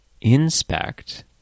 inspect